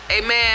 Amen